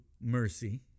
mercy